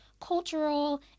cultural